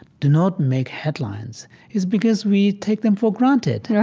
do not make headlines is because we take them for granted,